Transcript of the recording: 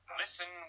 listen